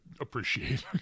appreciate